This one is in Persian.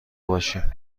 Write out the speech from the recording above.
باشیم